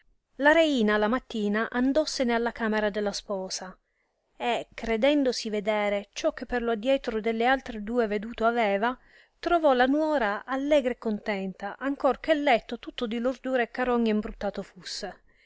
la reina la mattina andossene alla camera della sposa e credendosi vedere ciò che per lo addietro delle altre due veduto aveva trovò la nuora allegra e contenta ancor che letto tutto di lordura e carogne imbruttato fusse